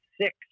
six